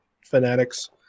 fanatics